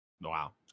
Wow